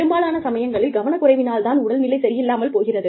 பெரும்பாலான சமயங்களில் கவனக்குறைவினால் தான் உடல்நிலை சரியில்லாமல் போகிறது